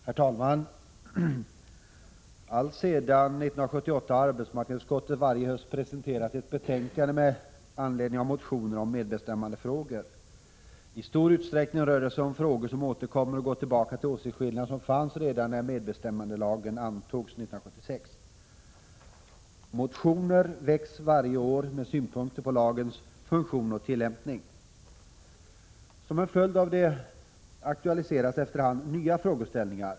Herr talman! Alltsedan år 1978 har arbetsmarknadsutskottet varje höst presenterat ett betänkande med anledning av motioner om medbestämmandefrågor. I stor utsträckning rör det sig om frågor som återkommer och går tillbaka till åsiktsskillnader som fanns redan när medbestämmandelagen antogs 1976. Motioner väcks varje år med synpunkter på lagens funktion och tillämpning. Som en följd av detta aktualiseras efter hand nya frågeställningar.